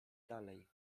dalej